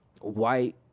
white